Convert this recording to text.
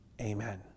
Amen